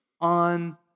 on